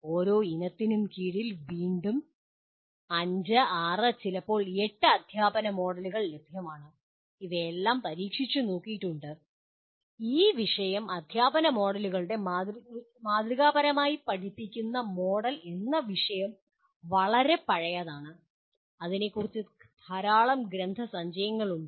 ഓരോ ഇനത്തിനും കീഴിൽ വീണ്ടും 5 6 ചിലപ്പോൾ 8 അദ്ധ്യാപന മോഡലുകൾ ലഭ്യമാണ് അവയെല്ലാം പരീക്ഷിച്ചുനോക്കിയിട്ടുണ്ട് ഈ വിഷയം അദ്ധ്യാപന മോഡലുകളുടെ മാതൃകാപരമായി പഠിപ്പിക്കുന്ന മോഡൽ എന്ന വിഷയം വളരെ പഴയതാണ് ഇതിനെക്കുറിച്ച് ധാരാളം ഗ്രന്ഥസഞ്ചയങ്ങളുണ്ട്